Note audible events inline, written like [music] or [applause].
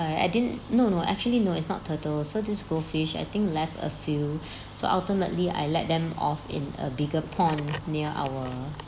uh I didn't no no actually no it's not turtle so this goldfish I think left a few [breath] so ultimately I let them off in a bigger pond near our